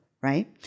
right